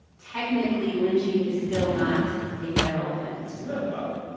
technically, lynching is still not a federal offense isn't that wild?